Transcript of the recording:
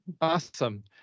Awesome